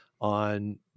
on